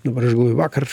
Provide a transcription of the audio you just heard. dabar aš galvoju vakar